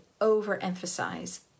overemphasize